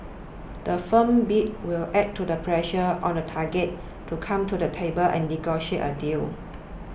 the firm bid will add to the pressure on the target to come to the table and negotiate a deal